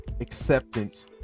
acceptance